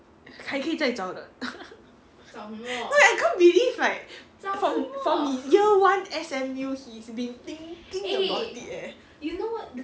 还可以在找的 no I can't believe like from year one S_M_U he's been thinking about it eh